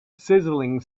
sizzling